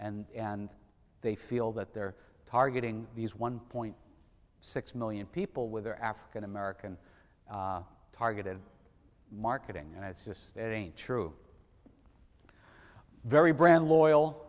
and and they feel that they're targeting these one point six million people with their african american targeted marketing and it's just true very brand loyal